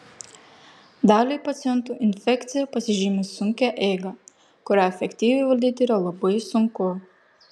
daliai pacientų infekcija pasižymi sunkia eiga kurią efektyviai valdyti yra labai sunku